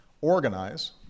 organize